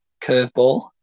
curveball